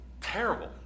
terrible